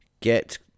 get